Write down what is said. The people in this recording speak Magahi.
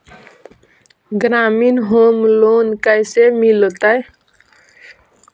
ग्रामीण होम लोन कैसे मिलतै?